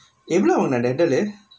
எவளோ உன்னோட:evalo unnoda handle லு:lu